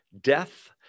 death